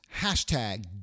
hashtag